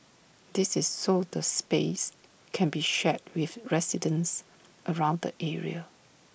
this is so the space can be shared with residents around the area